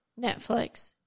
Netflix